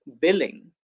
billing